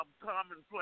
commonplace